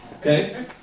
Okay